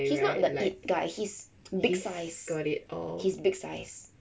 he's not the tit guy he's big size he's big size